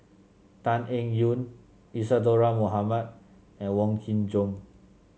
Tan Eng Yoon Isadhora Mohamed and Wong Kin Jong